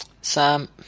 Sam